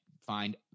find